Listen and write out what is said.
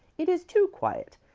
it is too quiet.